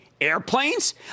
airplanes